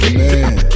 man